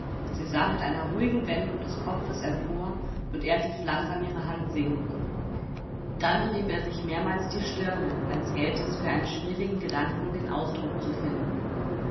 sie sah mit einer ruhigen wendung des kopfes empor und er ließ langsam ihre hand sinken dann rieb er sich mehrmals die stirne als gälte es für einen schwierigen gedanken den ausdruck zu finden